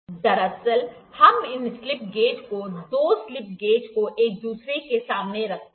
दरअसल हम इन स्लिप गेज को दो स्लिप गेज को एक दूसरे के सामने रखते हैं